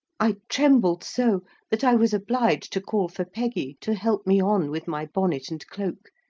i trembled so that i was obliged to call for peggy to help me on with my bonnet and cloak,